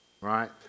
right